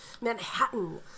Manhattan